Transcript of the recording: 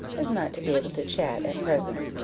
as not to be able to chat at present.